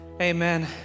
Amen